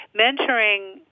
Mentoring